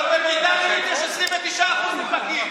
אני לא אמרתי שאין קורונה,